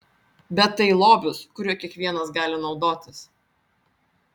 bet tai lobis kuriuo kiekvienas gali naudotis